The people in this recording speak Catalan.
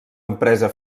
empresa